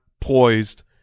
poised